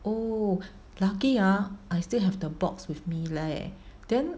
oh lucky ah I still have the box with me leh then